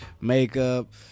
makeup